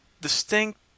distinct